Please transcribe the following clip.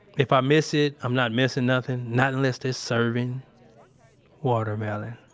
if i miss it, i'm not missing nothing, not unless they're serving watermelon.